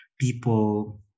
people